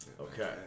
Okay